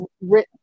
written